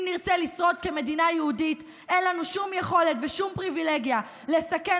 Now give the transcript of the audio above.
אם נרצה לשרוד כמדינה יהודית אין לנו שום יכולת ושום פריבילגיה לסכן